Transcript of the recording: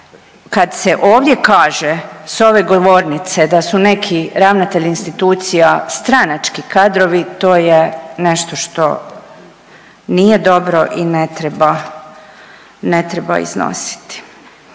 kad se ovdje kaže s ove govornice da su neki ravnatelji institucija stranački kadrovi, to je nešto što nije dobro i ne treba, ne